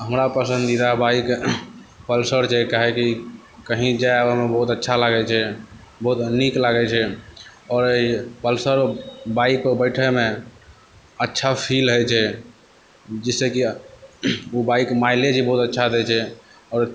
हमर पसन्दीदा bike Pulsar छै काहे कि कहीं जाइ आबैमे बहुत अच्छा लागै छै बहुत नीक लागै छै आओर पल्सर बाइकपर बैठेमे अच्छा फील होइ छै जाहिसँ कि ओ बाइक माइलेज बहुत अच्छा दै छै आओर